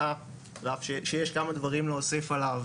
הראה שיש כמה דוברים להוסיף עליו,